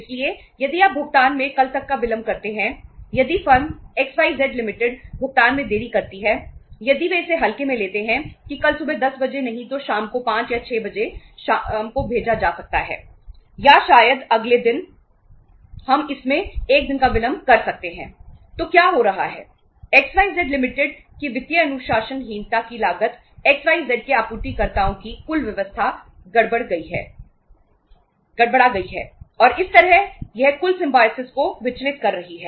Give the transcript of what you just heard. इसलिए यदि आप भुगतान में कल तक का विलंब करते हैं यदि फर्म को विचलित कर रही है